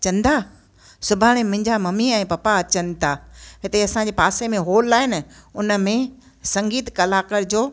चंदा सुभाणे मुंहिंजा मम्मी ऐं पप्पा अचनि था हिते असांजे पासे में होल आहे न हुनमें संगीत कलाकर जो